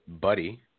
Buddy